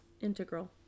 Integral